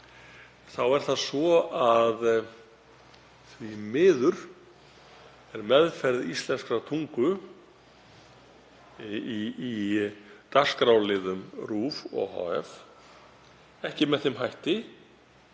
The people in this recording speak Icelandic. þá er það svo að því miður er meðferð íslenskrar tungu í dagskrárliðum RÚV ohf. ekki með þeim hætti